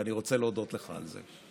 ואני רוצה להודות לך על זה.